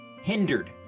hindered